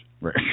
Right